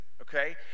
okay